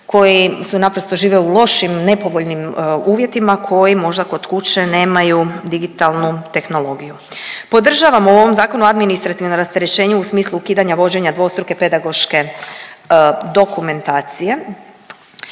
koji naprosto žive u lošim nepovoljnim uvjetima koji možda kod kuće nemaju digitalnu tehnologiju. Podržavamo u ovom zakonu administrativna rasterećenja u smislu ukidanja vođenja dvostruke pedagoške dokumentacije.